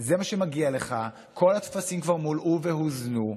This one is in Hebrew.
זה מה שמגיע לך, כל הטפסים כבר מולאו והוזנו,